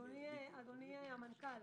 אדוני המנכ"ל,